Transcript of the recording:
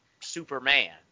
Superman